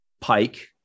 Pike